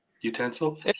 utensil